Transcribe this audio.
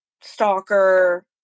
stalker